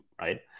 Right